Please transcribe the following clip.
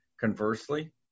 conversely